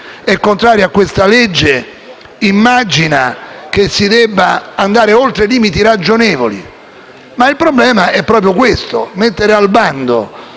è contrario a questo provvedimento immagina che si debba andare oltre i limiti ragionevoli. Il problema è proprio questo: mettere al bando